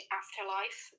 afterlife